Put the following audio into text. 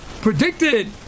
predicted